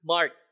Mark